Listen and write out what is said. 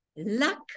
Luck